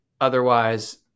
Otherwise